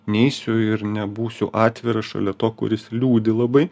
neisiu ir nebūsiu atviras šalia to kuris liūdi labai